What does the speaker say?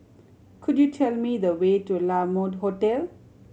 could you tell me the way to La Mode Hotel